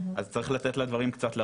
אז צריך לתת לדברים קצת לרוץ.